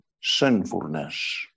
sinfulness